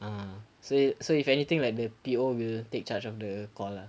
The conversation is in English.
ah so so if anything like the P_O will take charge of the call lah